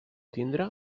tindre